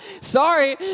Sorry